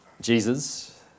Jesus